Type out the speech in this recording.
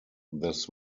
this